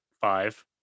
five